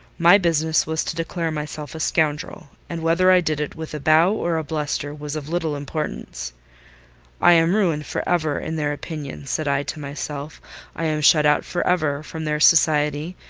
my business was to declare myself a scoundrel, and whether i did it with a bow or a bluster was of little importance i am ruined for ever in their opinion said i to myself i am shut out for ever from their society,